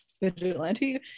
vigilante